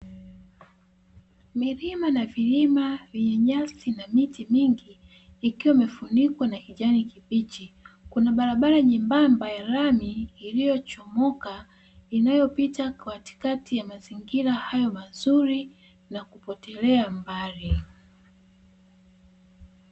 Milima na vilima vyenye nyasi na miti mingi ikiwa imefunikwa na kijani kibichi. Kuna barabara nyembamba ya lami iliyochongoka inayopita katikati ya mazingira hayo mazuri na kupotelea mbali.